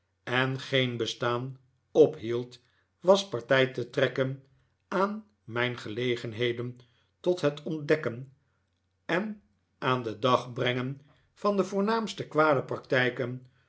en geen bestaan ophield was partij te trekken van mijn gelegenheden tot het ontdekken en aan den dag brengen van de voornaamste kwade praktijken